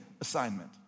assignment